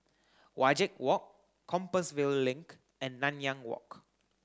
Wajek Walk Compassvale Link and Nanyang Walk